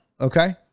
Okay